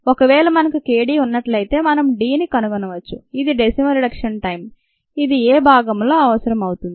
ఒకవేళ మనకు k d ఉన్నట్లయితే మనం Dని కనుగొనవచ్చు ఇది "డెసిమల్ రిడక్షన్ టైం" ఇది a భాగంలో అవసరం అవుతుంది